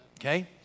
Okay